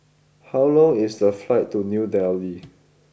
how long is the flight to New Delhi